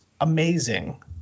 Amazing